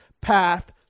path